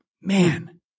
man